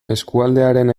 eskualdearen